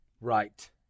right